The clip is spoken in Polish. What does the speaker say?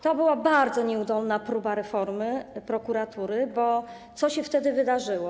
To była bardzo nieudolna próba reformy prokuratury, bo co się wtedy wydarzyło?